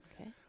okay